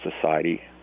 Society